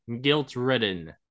guilt-ridden